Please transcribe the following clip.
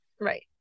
right